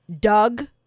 Doug